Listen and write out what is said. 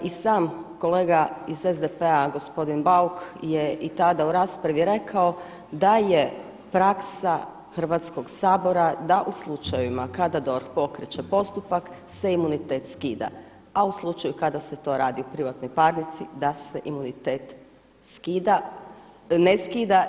I sam kolega iz SDP-a gospodin Bauk je i tada u raspravi rekao da je praksa Hrvatskog sabora da u slučajevima kad DORH pokreće postupak se imunitet skida, a u slučaju kada se to radi o privatnoj parnici da se imunitet ne skida.